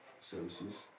Services